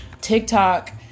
TikTok